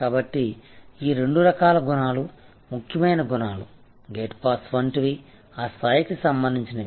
కాబట్టి ఈ రెండు రకాల గుణాలు ముఖ్యమైన గుణాలు గేట్ పాస్ వంటివి ఆ స్థాయికి సంబంధించినవి